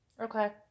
Okay